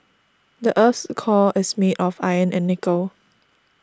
the earth's core is made of iron and nickel